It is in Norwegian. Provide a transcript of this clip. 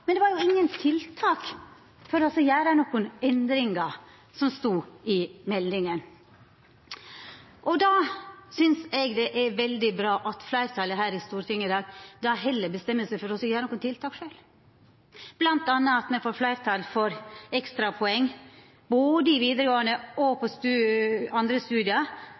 men det var ingen tiltak for å gjera nokre endringar som stod i meldinga. Då synest eg at det er veldig bra at fleirtalet her i Stortinget i dag heller bestemmer seg for å koma med nokre tiltak sjølve, m.a. at me får fleirtal for at ein får ekstrapoeng både i vidaregåande skule og andre